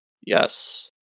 Yes